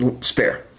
spare